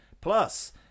Plus